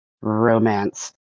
romance